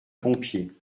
pompier